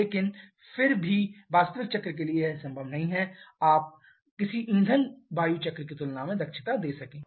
लेकिन फिर भी वास्तविक चक्र के लिए यह संभव नहीं है कि आप किसी ईंधन वायु चक्र की तुलना में दक्षता दे सकें